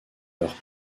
leurs